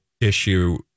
issue